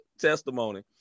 testimony